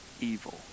evil